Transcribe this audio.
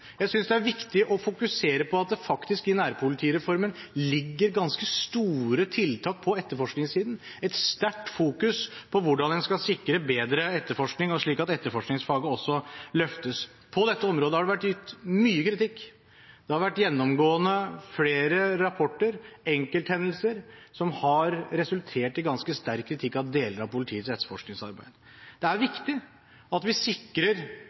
Jeg synes det er viktig å fokusere på at det i nærpolitireformen ligger ganske store tiltak på etterforskningssiden, et sterkt fokus på hvordan man skal sikre bedre etterforskning, og slik at etterforskningsfaget også løftes. På dette området har det vært gitt mye kritikk. Det har vært gjennomgående flere rapporter, enkelthendelser, som har resultert i ganske sterk kritikk av deler av politiets etterforskningsarbeid. Det er viktig at vi sikrer